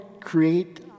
create